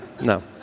no